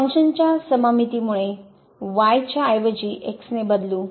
फंक्शन्सच्या सममितीमुळे y च्या ऐवजी x ने बदलू